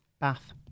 Bath